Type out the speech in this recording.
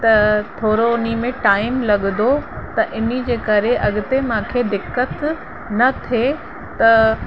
त थोरो हुन में टाइम लॻंदो त हिनजे करे अॻिते मांखे दिक़त न थिए त